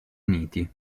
uniti